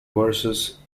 versus